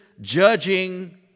judging